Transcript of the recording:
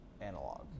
analog